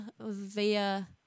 via